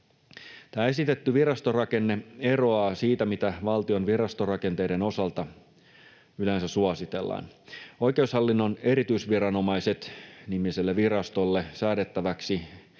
Tämä esitetty virastorakenne eroaa siitä, mitä valtion virastorakenteiden osalta yleensä suositellaan. Oikeushallinnon erityisviranomaiset ‑nimiselle virastolle säädettäväksi